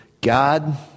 God